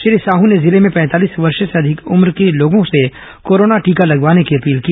श्री साहू ने जिले में पैंतालीस वर्ष से अधिक उम्र के लोगों से कोरोना टीका लगवाने की अपील की